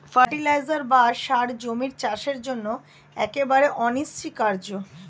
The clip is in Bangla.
ফার্টিলাইজার বা সার জমির চাষের জন্য একেবারে অনস্বীকার্য